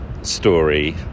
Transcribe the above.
Story